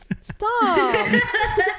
Stop